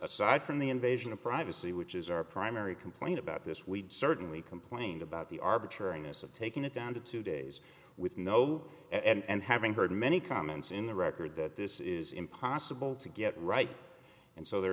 aside from the invasion of privacy which is our primary complaint about this we certainly complained about the arbitrariness of taking it down to two days with no end having heard many comments in the record that this is impossible to get right and so they're